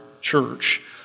church